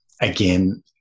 again